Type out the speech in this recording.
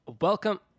Welcome